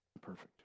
perfect